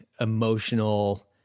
emotional